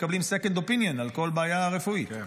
מקבלים second opinion על כל בעיה רפואית,